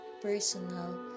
personal